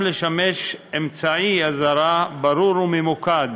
התשע"ז 2017, שהחזירה ועדת